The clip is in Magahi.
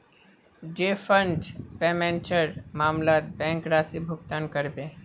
डैफर्ड पेमेंटेर मामलत बैंक राशि भुगतान करबे